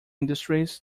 industries